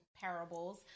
parables